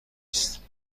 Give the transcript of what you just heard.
است